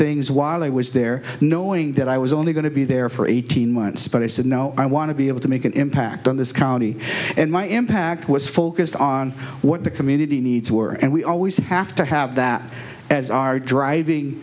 things while i was there knowing that i was only going to be there for eighteen months but i said no i want to be able to make an impact on this county and my impact was focused on what the community needs were and we always have to have that as our driving